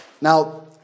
now